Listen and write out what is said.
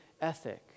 ethic